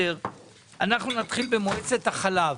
נתחיל במועצת החלב.